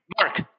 Mark